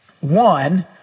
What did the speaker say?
one